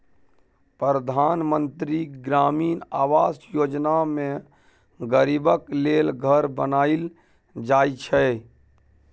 परधान मन्त्री ग्रामीण आबास योजना मे गरीबक लेल घर बनाएल जाइ छै